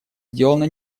сделано